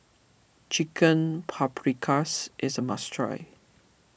Chicken Paprikas is a must try